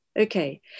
okay